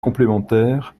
complémentaire